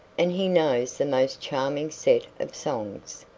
and he knows the most charming set of songs.